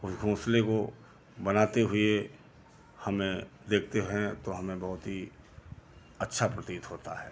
उस घोंसलें को बनाते हुए हमें देखते हैं तो हमें बहुत ही अच्छा प्रतीत होता है